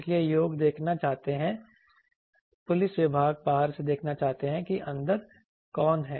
इसलिए लोग देखना चाहते हैं पुलिस विभाग बाहर से देखना चाहता है कि अंदर कौन है